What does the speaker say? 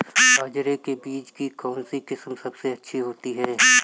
बाजरे के बीज की कौनसी किस्म सबसे अच्छी होती है?